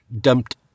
dumped